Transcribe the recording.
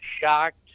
shocked